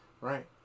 Right